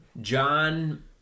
John